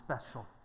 special